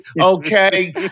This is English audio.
okay